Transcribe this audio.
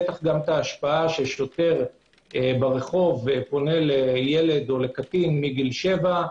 בטח גם את ההשפעה ששוטר ברחוב פונה לקטין מגיל 7,